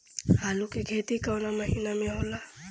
आलू के खेती कवना महीना में होला?